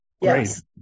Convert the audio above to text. Yes